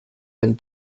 and